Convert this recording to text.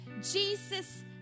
Jesus